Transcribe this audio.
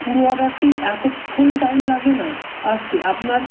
পুরো অর্ডারটি এতক্ষণ টাইম লাগে না আসতে আপনার